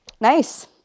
Nice